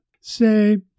Say